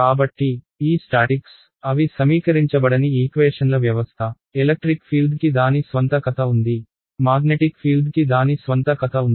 కాబట్టి ఈ స్టాటిక్స్ అవి సమీకరించబడని ఈక్వేషన్ల వ్యవస్థ ఎలక్ట్రిక్ ఫీల్డ్కి దాని స్వంత కథ ఉంది మాగ్నెటిక్ ఫీల్డ్కి దాని స్వంత కథ ఉంది